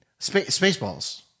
Spaceballs